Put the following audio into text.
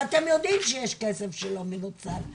ואתם יודעים שיש כסף שלא מנוצל,